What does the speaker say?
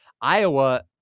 Iowa